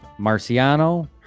Marciano